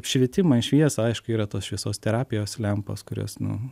apšvietimą į šviesą aišku yra tos šviesos terapijos lempos kurios nu